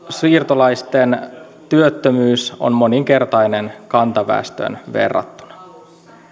siirtolaisten työttömyys on moninkertainen kantaväestöön verrattuna